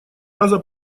раза